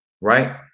Right